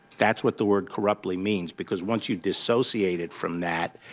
that's what the word corruptly means. because once you disassociate it from that,